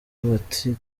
bati